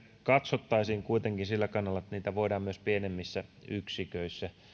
katsottaisiin kuitenkin siltä kannalta että niitä voidaan myös pienemmissä yksiköissä